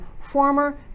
former